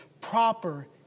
proper